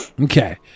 Okay